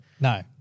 No